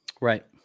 Right